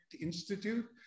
Institute